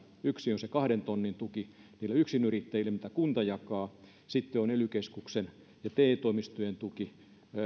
yksi on se kahden tonnin tuki yksinyrittäjille mitä kunta jakaa sitten on ely keskuksen ja te toimistojen tuki